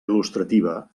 il·lustrativa